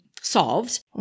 solved